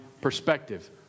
perspective